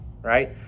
Right